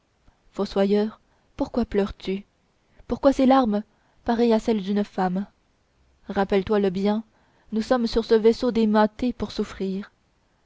fossoyeur pourquoi pleures-tu pourquoi ces larmes pareilles à celles d'une femme rappelle-toi le bien nous sommes sur ce vaisseau démâté pour souffrir